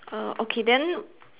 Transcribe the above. err okay then